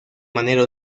manera